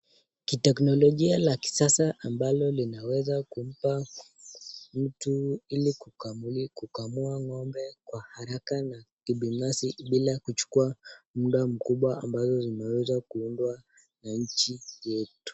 Teknologia ya kisasa ambalo linaweza kumpaa mtu ili kukamua ng'ombe kwa haraka na kibinafsi bila kuchukua muda mkubwa ambazo zimeweza kuundwa na nchi zetu.